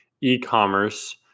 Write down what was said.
e-commerce